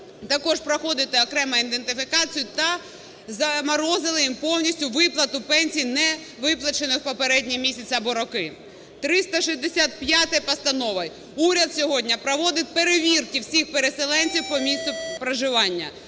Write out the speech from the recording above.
також проходити окремо ідентифікацію та заморозили їм повністю виплату пенсій, не виплачених в попередні місяці або роки. 365 Постановою уряд сьогодні проводить перевірки всіх переселенців по місцю проживання.